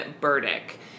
Burdick